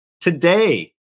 Today